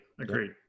agreed